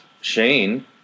Shane